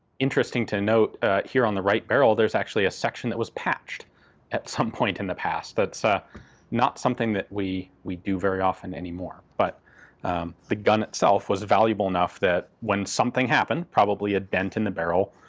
interesting to note here on the right barrel, there's actually a section that was patched at some point in the past. that's ah not something that we we do very often anymore. but the gun itself was valuable enough that when something happened, probably a dent in the barrel,